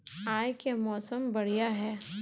आय के मौसम बढ़िया है?